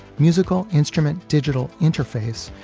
musical instrument digital interface,